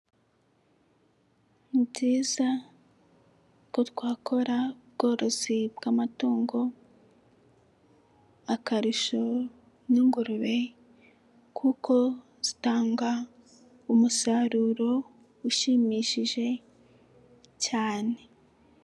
Ni byiza ko twakora ubworozi bw'amatungo akarusho nk'ingurube kuko zitanga umusaruro ushimishije cyane.